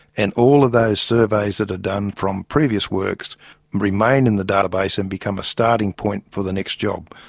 and all of those surveys that are done from previous works remain in the database and become a starting point for the next job.